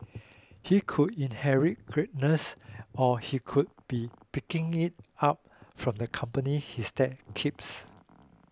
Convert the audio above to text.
he could inherit greatness or he could be picking it up from the company his dad keeps